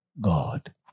God